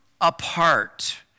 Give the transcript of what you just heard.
apart